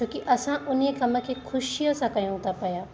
छोकी असां उन ई कला खे ख़ुशीअ सां कयूं था पिया